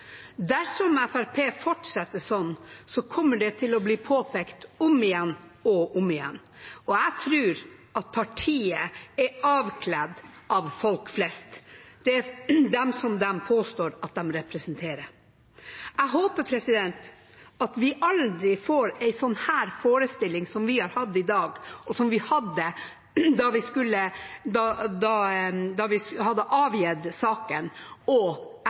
Dersom Fremskrittspartiet fortsetter slik, kommer det til å bli påpekt om igjen og om igjen. Jeg tror at partiet er avkledd av folk flest, av dem som de påstår at de representerer. Jeg håper at vi aldri får en sånn forestilling som den vi har hatt i dag, og som vi hadde da vi hadde avgitt saken og